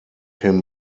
him